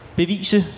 bevise